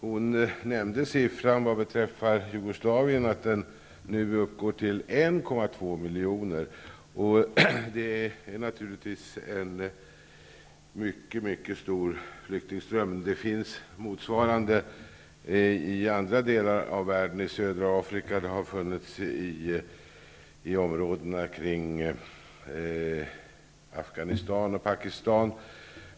Hon nämnde att antalet flyktingar när det gäller Jugoslavien nu är 1,2 miljoner. Det är naturligtvis en mycket stor flyktingström. Motsvarande flyktingströmmar finns i andra delar av världen, nämligen i södra Afrika, och det har funnits i områdena kring Afghanistan och Pakistan.